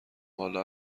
والا